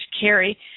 carry